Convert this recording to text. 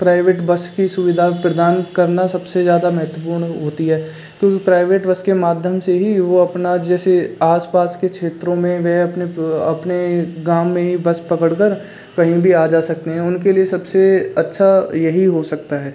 private bus की सुविधा प्रदान करना सबसे ज़्यादा महत्वपूर्ण होता है क्योंकि प्राइवेट बस के माध्यम से ही वए अपना जैसे आस पास के क्षेत्रों में वे अपने अपने गाँव में ही बस पकड़कर कहीं भी आ जा सकते हैं उनके लिए सबसे अच्छा यही हो सकता है